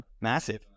massive